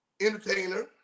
entertainer